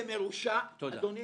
זה מרושע, אדוני.